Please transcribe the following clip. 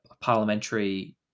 parliamentary